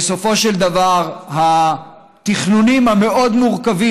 בסופו של דבר התכנונים המאוד-מורכבים